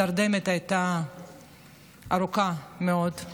התרדמת הייתה ארוכה מאוד,